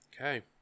Okay